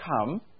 come